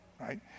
right